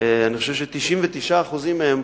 אני חושב ש-99% מהם,